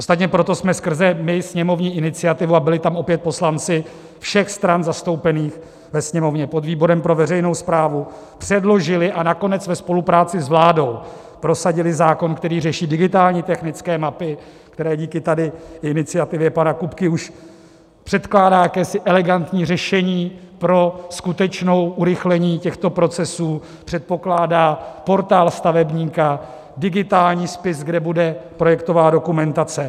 Ostatně proto jsme my skrze sněmovní iniciativu, a byli tam opět poslanci všech stran zastoupených ve Sněmovně podvýborem pro veřejnou správu, předložili a nakonec ve spolupráci s vládou prosadili zákon, který řeší digitální technické mapy, který díky tady iniciativě pana Kupky už předkládá jakési elegantní řešení pro skutečné urychlení těchto procesů, předkládá portál stavebníka, digitální spis, kde bude projektová dokumentace.